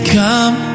come